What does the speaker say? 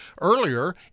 Earlier